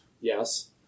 Yes